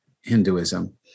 hinduism